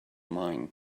mine